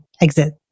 exit